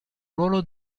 ruolo